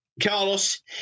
Carlos